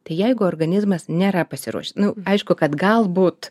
tai jeigu organizmas nėra pasiruošęs nu aišku kad galbūt